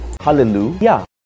Hallelujah